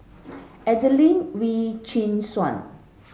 Adelene Wee Chin Suan